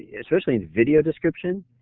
yeah especially in video description,